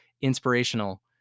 inspirational